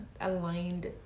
aligned